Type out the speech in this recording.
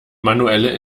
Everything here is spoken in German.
manuelle